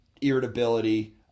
irritability